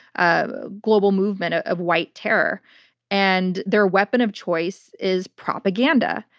ah global movement ah of white terror and their weapon of choice is propaganda.